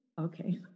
okay